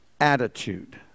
attitude